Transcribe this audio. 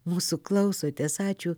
mūsų klausotės ačiū